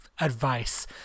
advice